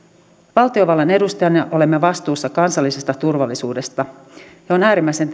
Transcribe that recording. valtiovallan edustajina olemme vastuussa kansallisesta turvallisuudesta ja on äärimmäisen